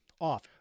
off